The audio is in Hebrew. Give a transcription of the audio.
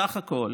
בסך הכול